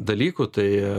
dalykų tai